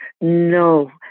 No